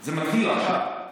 זה מתחיל עכשיו.